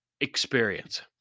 experience